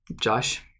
Josh